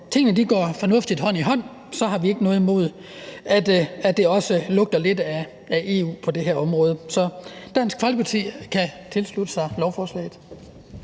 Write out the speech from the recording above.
tingene går fornuftigt hånd i hånd, så har vi ikke noget imod, at det også lugter lidt af EU på det her område. Så Dansk Folkeparti kan tilslutte sig lovforslaget.